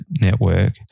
network